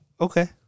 Okay